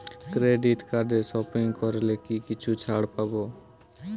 Credit কার্ডে shopping করলে কি কিছু ছাড় পাব?